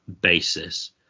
basis